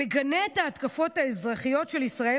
שבה הוא מגנה את ההתקפות האזרחיות של ישראל